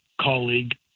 colleague